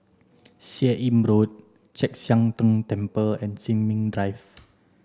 Seah Im Road Chek Sian Tng Temple and Sin Ming Drive